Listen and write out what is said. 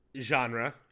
genre